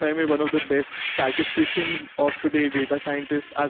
i mean one of the best statisticians of today data scientists as